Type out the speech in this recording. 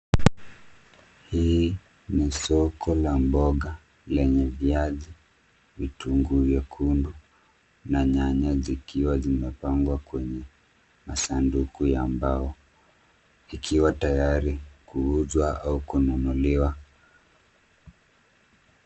Hii ni soko la mboga lenye viazi, vitunguu nyekundu na nyanya zikiwa zimepangwa kwenye masanduku ya mbao ikiwa tayari kuuzwa au kununuliwa.